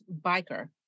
biker